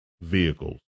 vehicles